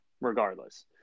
Regardless